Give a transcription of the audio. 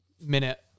minute